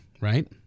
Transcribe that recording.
right